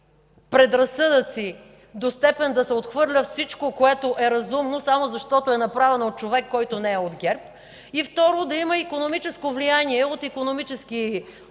предразсъдъци до степен да се отхвърля всичко, което е разумно, само защото е направено от човек, който не е от ГЕРБ, и, второ, да има икономическо влияние от икономически